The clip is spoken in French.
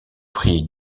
prie